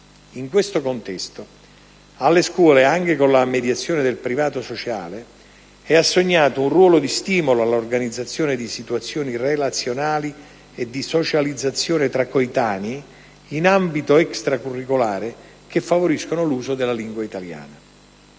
In questo contesto alle scuole, anche con la mediazione del privato sociale, è assegnato un ruolo di stimolo all'organizzazione di situazioni relazionali e di socializzazione tra coetanei in ambito extracurricolare che favoriscono l'uso della lingua italiana.